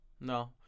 No